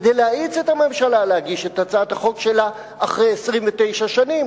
כדי להאיץ את הממשלה להגיש את הצעת החוק שלה אחרי 29 שנים.